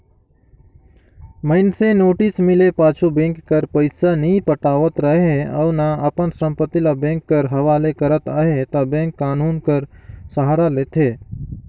मइनसे नोटिस मिले पाछू बेंक कर पइसा नी पटावत रहें अउ ना अपन संपत्ति ल बेंक कर हवाले करत अहे ता बेंक कान्हून कर सहारा लेथे